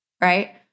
right